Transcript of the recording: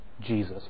Jesus